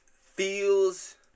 feels